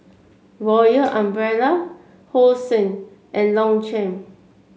Royal Umbrella Hosen and Longchamp